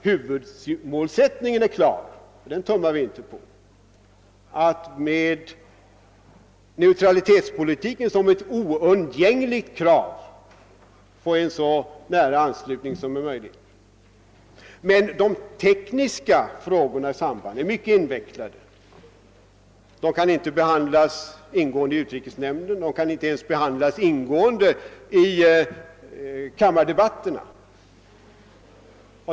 Huvudmålsättningen är klar, och den tummar vi inte på. Neutralitetspolitiken är ett oundgängligt krav på en så nära anslutning som möjligt. De tekniska frågorna är emellertid mycket invecklade. De kan inte behandlas ingående i utrikesnämnden, de kan inte ens behandlas ingående i kammardebatterna.